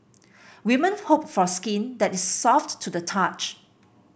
women hope for skin that is soft to the touch